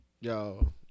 Yo